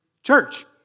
Church